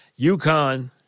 UConn